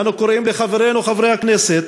ואנו קוראים לחברינו חברי הכנסת,